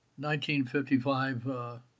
1955